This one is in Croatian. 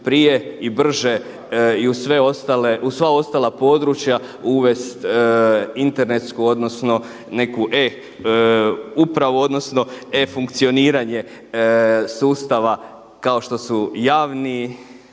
prije i brže i uz sva ostala područja uvest internetsku, odnosno neku e-upravu, odnosno e-funkcioniranje sustava kao što su javni